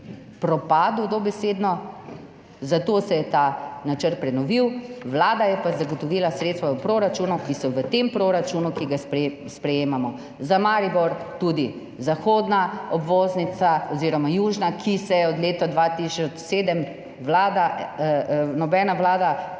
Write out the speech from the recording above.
propadel, zato se je ta načrt prenovil, Vlada je pa zagotovila sredstva v proračunu, ki so v tem proračunu, ki ga sprejemamo. Tudi za Maribor, zahodna obvoznica oziroma južna, ki se je od leta 2007 nobena vlada